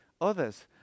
others